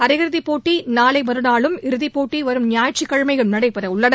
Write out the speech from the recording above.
அரையிறுதி போட்டி நாளை மறுநாளும் இறுதி போட்டி வரும் ஞாயிற்றுக்கிழமையும் நடைபெற உள்ளன